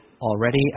already